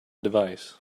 device